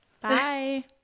Bye